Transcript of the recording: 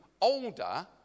older